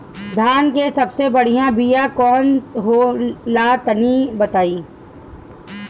धान के सबसे बढ़िया बिया कौन हो ला तनि बाताई?